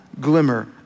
glimmer